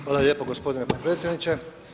Hvala lijepo gospodine potpredsjedniče.